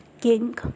king